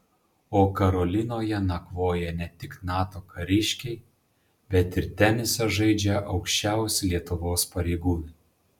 o karolinoje nakvoja ne tik nato kariškiai bet ir tenisą žaidžia aukščiausi lietuvos pareigūnai